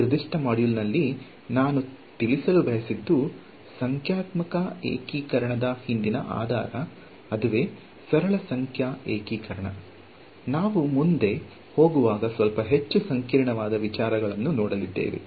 ಈ ನಿರ್ದಿಷ್ಟ ಮಾಡ್ಯೂಲ್ನಲ್ಲಿ ನಾನು ತಿಳಿಸಲು ಬಯಸಿದ್ದು ಸಂಖ್ಯಾತ್ಮಕ ಏಕೀಕರಣದ ಹಿಂದಿನ ಆಧಾರ ಸರಳ ಸಂಖ್ಯಾ ಏಕೀಕರಣ ನಾವು ಮುಂದೆ ಹೋಗುವಾಗ ಸ್ವಲ್ಪ ಹೆಚ್ಚು ಸಂಕೀರ್ಣವಾದ ವಿಚಾರಗಳನ್ನು ನೋಡಲಿದ್ದೇವೆ